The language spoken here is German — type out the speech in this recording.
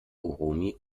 uromi